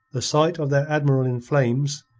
the sight of their admiral in flames,